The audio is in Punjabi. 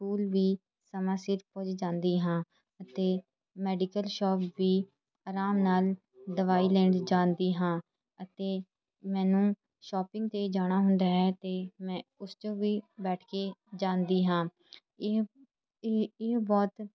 ਸਕੂਲ ਵੀ ਸਮਾਂ ਸਿਰ ਪੁੱਜ ਜਾਂਦੀ ਹਾਂ ਅਤੇ ਮੈਡੀਕਲ ਸ਼ੋਪ ਵੀ ਆਰਾਮ ਨਾਲ ਦਵਾਈ ਲੈਣ ਜਾਂਦੀ ਹਾਂ ਅਤੇ ਮੈਨੂੰ ਸ਼ੋਪਿੰਗ 'ਤੇ ਜਾਣਾ ਹੁੰਦਾ ਹੈ ਅਤੇ ਮੈਂ ਉਸ 'ਚੋਂ ਵੀ ਬੈਠ ਕੇ ਜਾਂਦੀ ਹਾਂ ਇਹ ਇਹ ਇਹ ਬਹੁਤ